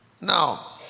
Now